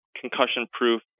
concussion-proof